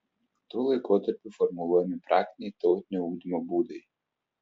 tuo laikotarpiu formuluojami praktiniai tautinio ugdymo būdai